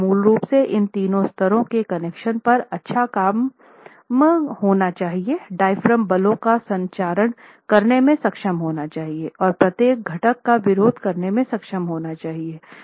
तो आप मूल रूप से इन तीनों स्तरों के कनेक्शन पर काम अच्छा होना चाहिए डायाफ्राम बलों का संचारण करने में सक्षम होना चाहिए और प्रत्येक घटक का विरोध करने में सक्षम होना चाहिए